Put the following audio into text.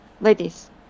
ladies